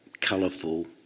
colourful